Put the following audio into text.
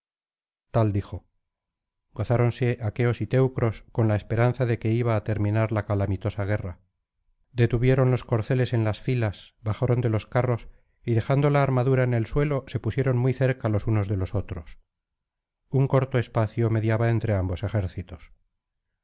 tal dijo gozáronse aqueos y teucros con la esperanza de que iba á terminar la calamitosa guerra detuvieron los corceles en las filas bajaron de los carros y dejando la armadura en el suelo se pusieron muy cerca los unos de los otros un corto espacio mediaba entrj ambos ejércitos